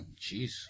Jeez